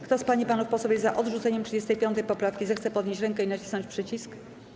Kto z pań i panów posłów jest za odrzuceniem 35. poprawki, zechce podnieść rękę i nacisnąć przycisk.